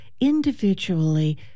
individually